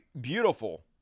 beautiful